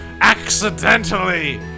accidentally